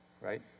right